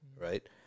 right